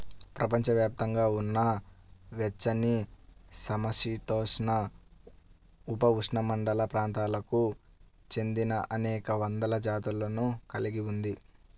ప్రపంచవ్యాప్తంగా ఉన్న వెచ్చనిసమశీతోష్ణ, ఉపఉష్ణమండల ప్రాంతాలకు చెందినఅనేక వందల జాతులను కలిగి ఉంది